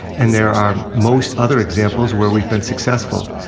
and there are most other examples, where we've been successful.